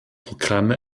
programme